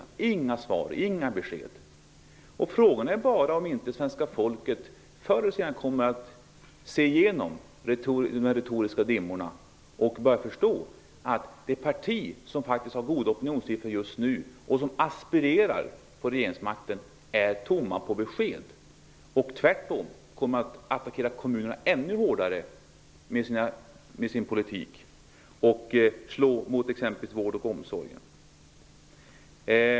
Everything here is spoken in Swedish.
Det ges inga svar, inga besked. Frågan är om inte svenska folket förr eller senare kommer att se igenom de retoriska dimmorna och börja förstå att det parti som har goda opinionssiffror just nu, och som aspirerar på regeringsmakten, är tomhänt; Socialdemokraterna har inga besked och kommer, tvärtom, att attackera kommunerna ännu hårdare med sin politik, vilket kommer att slå mot exempelvis vården och omsorgen.